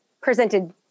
presented